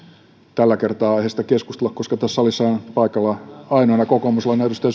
tällä kertaa aiheesta keskustella koska tässä salissa on paikalla ainoana kokoomuslaisena edustaja